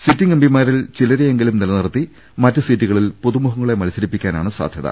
sitting എംപിമാരിൽ ചിലരെയെ ങ്കിലും നിലനിർത്തി മറ്റ് സീറ്റുകളിൽ പുതുമുഖങ്ങളെ മത്സരിപ്പിക്കാ നാണ് സാധ്യത